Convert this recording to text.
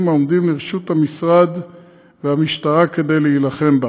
העומדים לרשות המשרד והמשטרה כדי להילחם בה,